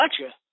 Gotcha